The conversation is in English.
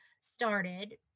started